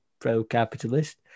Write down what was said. pro-capitalist